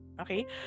Okay